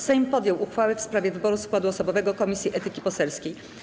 Sejm podjął uchwałę w sprawie wyboru składu osobowego Komisji Etyki Poselskiej.